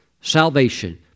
salvation